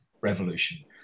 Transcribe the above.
Revolution